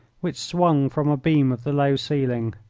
which swung from a beam of the low ceiling.